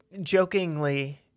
jokingly